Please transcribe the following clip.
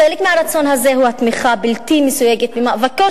חלק מהרצון הזה הוא התמיכה הבלתי-מסויגת במאבקו